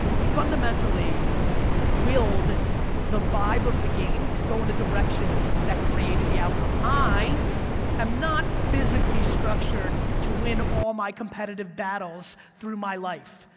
fundamentally willed the vibe of the game to go in the direction that created the outcome. i am not physically structured to win all my competitive battles through my life.